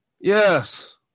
Yes